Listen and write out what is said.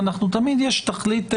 תמיד יש תכלית כללית,